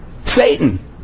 Satan